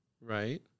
right